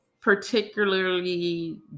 particularly